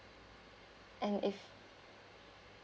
and if